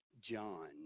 John